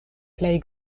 plej